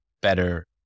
better